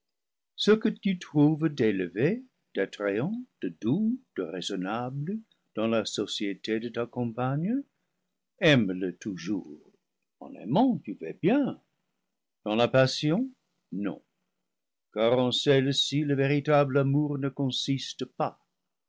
ce que tu trouves d'élevé d'attrayant de doux de raison nable dans la société de ta compagne aime-le toujours en aimant tu fais bien dans la passion non car en celle-ci le vé ritable amour ne consiste pas